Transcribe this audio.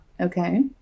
Okay